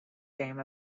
game